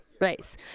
race